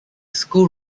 school